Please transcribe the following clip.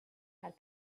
had